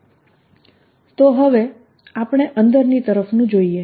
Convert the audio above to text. sinsinϕ|r R|ds4π3R3r2sinθcosϕ તો હવે આપણે અંદરની તરફનું જોઇએ